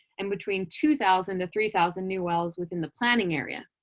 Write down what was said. and between two thousand to three thousand new wells within the planning area.